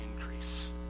increase